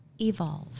Evolve